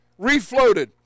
refloated